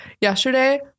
Yesterday